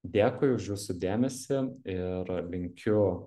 dėkui už jūsų dėmesį ir linkiu